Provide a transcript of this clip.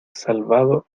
salvado